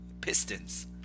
pistons